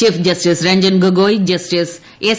chief ജസ്സിസ് Ranjan Gogoi justice S